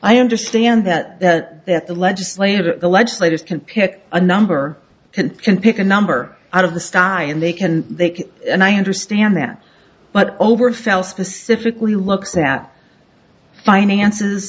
i understand that the that the legislative the legislators can pick a number and can pick a number out of the stock and they can they can and i understand that but over fell specifically looks at finances